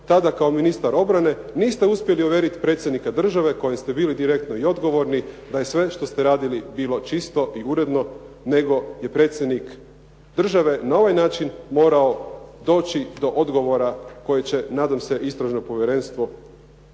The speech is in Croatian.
tada kao ministara obrane niste uspjeli uvjeriti predsjednika države kojem ste bili direktno i odgovorni da je sve što ste radili bilo čisto i uredno, nego je predsjednik države na ovaj način morao doći do odgovora koje će, nadam se, istražno povjerenstvo